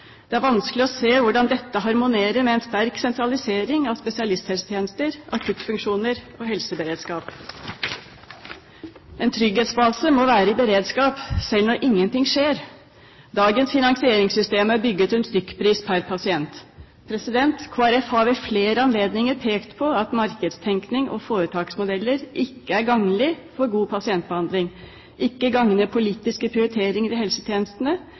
Det er vanskelig å se hvordan dette harmonerer med en sterk sentralisering av spesialisthelsetjenester, akuttfunksjoner og helseberedskap. En trygghetsbase må være i beredskap, selv når ingenting skjer. Dagens finansieringssystem er bygget rundt stykkpris pr. pasient. Kristelig Folkeparti har ved flere anledninger pekt på at markedstenkning og foretaksmodeller ikke er gagnlig for god pasientbehandling, ikke gagner politiske prioriteringer i helsetjenestene